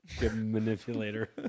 manipulator